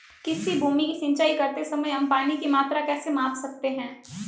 किसी भूमि की सिंचाई करते समय हम पानी की मात्रा कैसे माप सकते हैं?